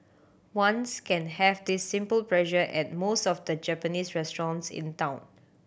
ones can have this simple pleasure at most of the Japanese restaurants in town